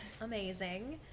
amazing